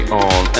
on